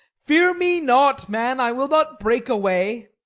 fear me not, man i will not break away.